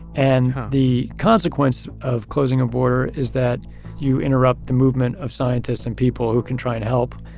and the consequence of closing a border is that you interrupt the movement of scientists and people who can try to help.